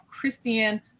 Christian